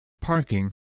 parking